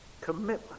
Commitment